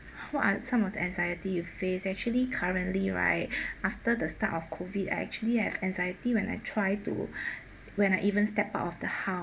what are some of the anxiety you face actually currently right after the start of COVID I actually have anxiety when I try to when I even step out of the house